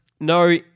no